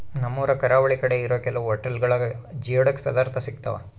ನಮ್ಮೂರು ಕರಾವಳಿ ಕಡೆ ಇರೋ ಕೆಲವು ಹೊಟೆಲ್ಗುಳಾಗ ಜಿಯೋಡಕ್ ಪದಾರ್ಥ ಸಿಗ್ತಾವ